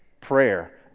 prayer